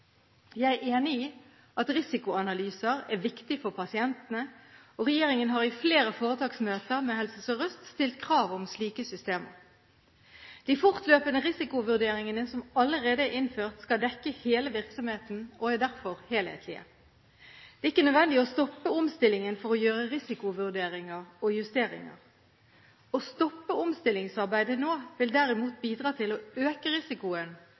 Jeg er enig i at risikoanalyser er viktig for pasientene, og regjeringen har i flere foretaksmøter med Helse Sør-Øst stilt krav om slike systemer. De fortløpende risikovurderingene som allerede er innført, skal dekke hele virksomheten og er derfor helhetlige. Det er ikke nødvendig å stoppe omstillingen for å gjøre risikovurderinger og justeringer. Å stoppe omstillingsarbeidet nå vil derimot bidra til å øke risikoen